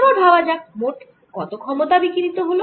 এবার ভাবা যাক কত মোট ক্ষমতা বিকিরিত হল